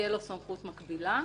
תהיה לו סמכות מקבילה.